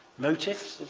motifs.